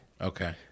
Okay